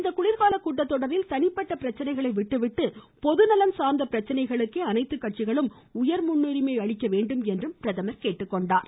இந்த குளிர்கால கூட்டத்தொடரில் தனிப்பட்ட பிரச்சனைகளை விட்டு விட்டு பொதுநலன் சார்ந்த பிரச்சனைகளுக்கே அனைத்து கட்சிகளும் உயர்முன்னுரிமை அளிக்க வேண்டும் என்று பிரதமர் கேட்டுக்கொண்டார்